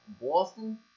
Boston